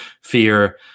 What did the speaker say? fear